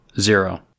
Zero